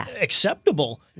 acceptable